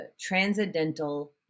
transcendental